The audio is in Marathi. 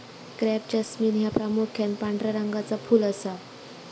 क्रॅप जास्मिन ह्या प्रामुख्यान पांढऱ्या रंगाचा फुल असा